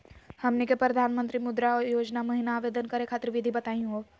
हमनी के प्रधानमंत्री मुद्रा योजना महिना आवेदन करे खातीर विधि बताही हो?